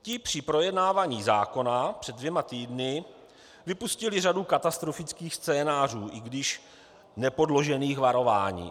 Ti při projednávání zákona před dvěma týdny vypustili řadu katastrofických scénářů, i když nepodložených varování.